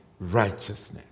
righteousness